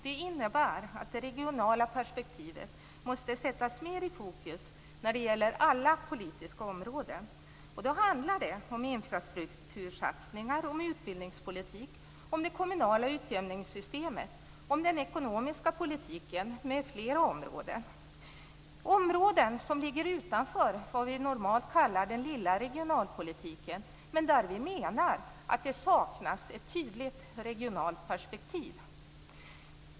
Det innebär att det regionala perspektivet måste sättas mer i fokus när det gäller alla politiska områden. Det handlar om infrastruktursatsningar, utbildningspolitik, det kommunala utjämningssystemet, den ekonomiska politiken m.fl. områden. Det är områden som normalt ligger utanför det vi kallar den lilla regionalpolitiken och där vi menar att det saknas ett tydligt regionalt perspektiv.